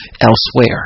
elsewhere